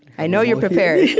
i know you're prepared.